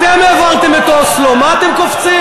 אתם העברתם את אוסלו, מה אתם קופצים?